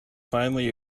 finally